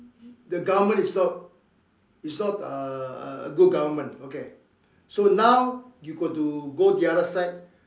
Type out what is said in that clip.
the government is not is not a good government okay so now you got to go the other side